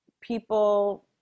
people